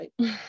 right